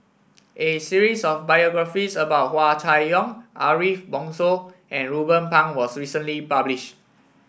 a series of biographies about Hua Chai Yong Ariff Bongso and Ruben Pang was recently published